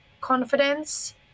confidence